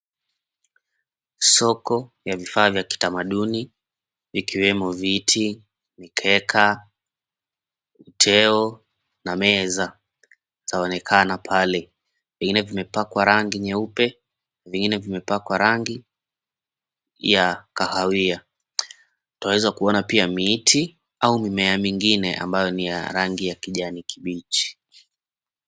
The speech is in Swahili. Soko ya vifaa vya kitamaduni ikiwemo viti, mikeka, uteo, na meza zaonekana pale. Vingine vimepakwa rangi nyeupe, vingine vimepakwa rangi ya kahawia. Twaweza kuona pia miti au mimea mingine ambayo ni ya rangi ya kijani kibichi.